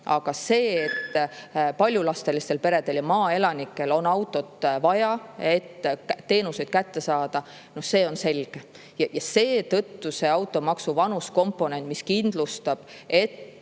Aga et paljulapselistel peredel ja maaelanikel on autot vaja, et teenuseid kätte saada, see on selge. Seetõttu on automaksul vanusekomponent, mis kindlustab, et